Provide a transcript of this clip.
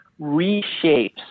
reshapes